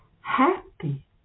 Happy